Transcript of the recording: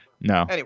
no